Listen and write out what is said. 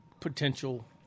potential